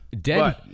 Dead